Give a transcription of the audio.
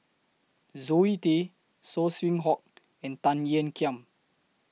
Zoe Tay Saw Swee Hock and Tan Ean Kiam